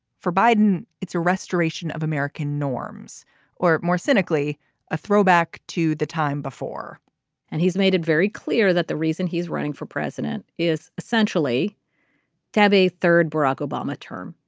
for biden it's a restoration of american norms or more cynically a throwback to the time before and he's made it very clear that the reason he's running for president is essentially to have a third barack obama term